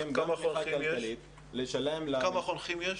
תמיכה כלכלית לשלם --- כמה חונכים יש?